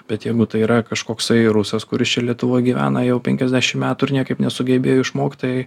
bet jeigu tai yra kažkoksai rusas kuris čia lietuvoj gyvena jau penkiasdešim metų ir niekaip nesugebėjo išmokti tai